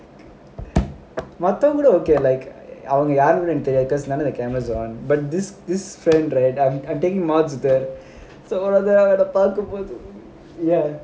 மத்தவங்க கூட:mathavanga kooda okay like அவங்க யாருனு எனக்கு தெரியாது:avanga yaarunu enakku theriyaathu because none of the cameras are on but this this friend right எனக்கு அவளை பார்க்கும் போது:enakku avalai paarkum pothu